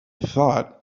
thought